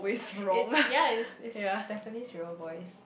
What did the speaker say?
it's ya it's it's Stephenie's real voice